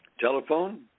telephone